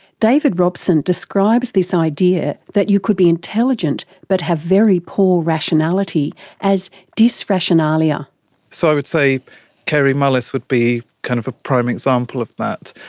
david robson describes this idea that you could be intelligent but have very poor rationality as disrationalia so i would say kary mullis would be kind of a prime example of that.